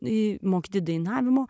jį mokyti dainavimo